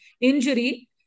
injury